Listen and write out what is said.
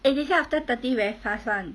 eh 等一下 after thirty very fast [one]